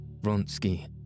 Vronsky